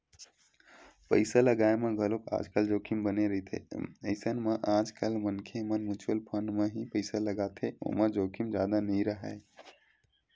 पइसा लगाय म घलोक आजकल जोखिम बने रहिथे अइसन म आजकल मनखे मन म्युचुअल फंड म ही पइसा लगाथे ओमा जोखिम जादा नइ राहय